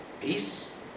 peace